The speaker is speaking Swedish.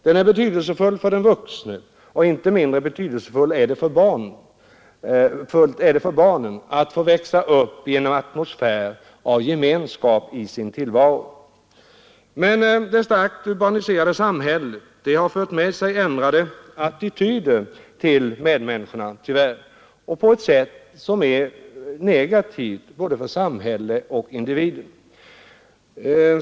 Den är betydelsefull för den vuxne, och inte mindre betydelsefullt är det för barnen att få växa upp i en atmosfär av gemenskap i sin tillvaro. Men det starkt urbaniserade samhället har fört med sig ändrade attityder till medmänniskor, på ett sätt som är negativt för både samhället och individen.